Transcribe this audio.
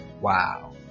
wow